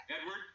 Edward